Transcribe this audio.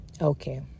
Okay